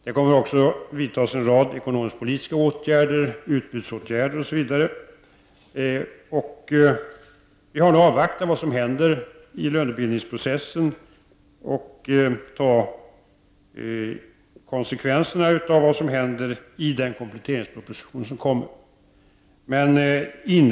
Det kommer också att vidtas en rad ekonomiskt-politiska åtgärder, utbudsåtgärder osv. Vi har nu att avvakta vad som händer i lönebildningsprocessen och ta konsekvenserna därav i den kompletteringsproposition som kommer.